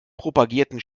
propagierten